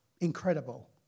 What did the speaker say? incredible